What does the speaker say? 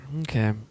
Okay